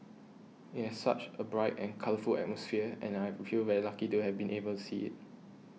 it has such a bright and colourful atmosphere and I feel very lucky to have been able to see it